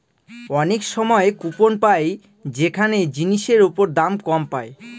অনেক সময় কুপন পাই যেখানে জিনিসের ওপর দাম কম পায়